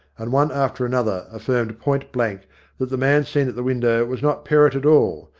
and one after another affirmed point blank that the man seen at the window was not perrott at all,